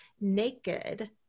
naked